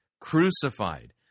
crucified